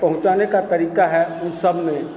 पहुँचाने का तरीका है उन सब में